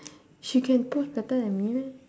she can post better than me meh